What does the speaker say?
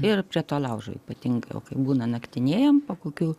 ir prie to laužo ypatingai būna naktinėjam po kokių